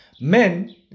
men